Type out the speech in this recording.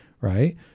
right